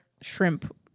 shrimp